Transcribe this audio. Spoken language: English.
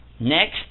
next